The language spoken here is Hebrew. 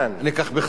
אני אקח בחזרה,